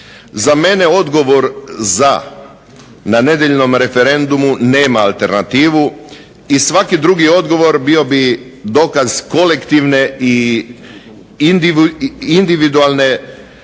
Za mene odgovor za na nedjeljnom referendumu nema alternativu i svaki drugi odgovor bio bi dokaz kolektivne i individualne